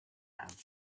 have